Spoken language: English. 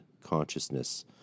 consciousness